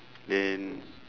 then